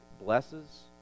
Blesses